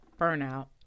burnout